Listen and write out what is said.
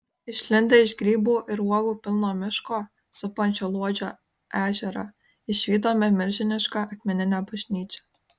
išlindę iš grybų ir uogų pilno miško supančio luodžio ežerą išvydome milžinišką akmeninę bažnyčią